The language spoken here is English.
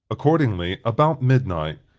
accordingly, about midnight,